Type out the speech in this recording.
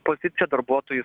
poziciją darbuotojai